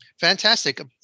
Fantastic